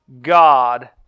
God